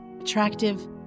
attractive